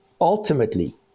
ultimately